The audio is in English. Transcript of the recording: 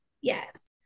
yes